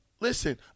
listen